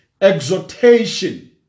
exhortation